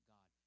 God